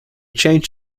changed